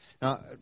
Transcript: Now